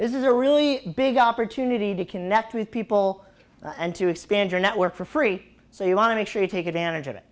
this is a really big opportunity to connect with people and to expand your network for free so you want to make sure you take advantage of it